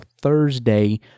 Thursday